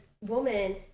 woman